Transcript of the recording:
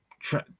try